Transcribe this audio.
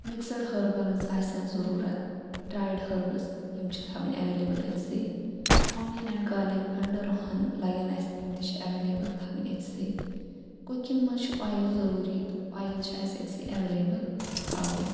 mixed herbals آسن ضروٗرت dried herbals تہٕ یِم چھِ تھاوٕنۍ ایٚولیبٕل أتسٕے اونِیَن اینٛڈ گارلِک گَنٛڈٕ روٚہَن لَگن اَسہِ تِم تہِ چھِ ایٚولیبٕل تھاوٕنۍ أتسٕے کُکِنٛگ منٛز چھِ اوٚیِل ضروٗری تہٕ اوٚیِل چھُ اسہِ أتِسٕے ایٚولیبٕل تھاوُن